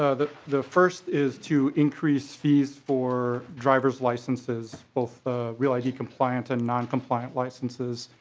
ah the the first is to increase fees for drivers licenses both real id compliant and noncompliant licenses.